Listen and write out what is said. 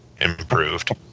improved